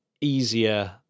easier